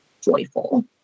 joyful